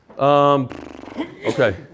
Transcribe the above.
Okay